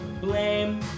blame